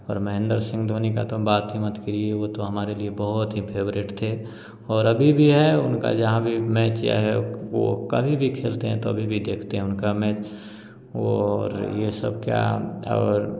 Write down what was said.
और महेंदर सिंह धोनी का तो बात ही मत करिए वह तो हमारे लिए बहुत ही फेवरेट थे और अभी भी है उनका जहाँ भी मैच या वह कभी भी खेलते हैं तो अभी भी देखते हैं उनका मैच और यह सब क्या और